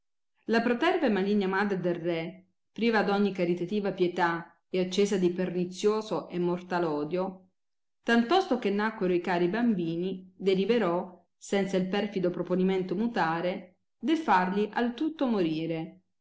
la proterva e maligna madre del re priva d ogni caritativa pietà e accesa di pernizioso e mortai odio tantosto che nacquero i cari bambini deliberò senza il perfido proponimento mutare de fargli al tutto morire